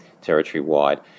territory-wide